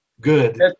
good